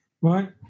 right